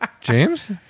James